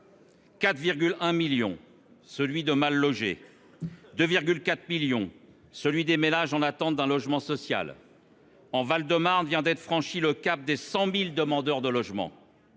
4,1 millions de mal-logés ; 2,4 millions de ménages en attente d'un logement social. Le Val-de-Marne vient de franchir le cap des 100 000 demandeurs de logements.